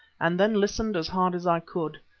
and then listened as hard as i could.